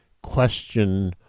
question